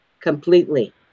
completely